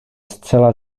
zcela